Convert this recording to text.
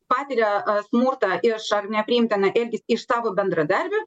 patiria smurtą iš ar nepriimtiną elgesį iš savo bendradarbių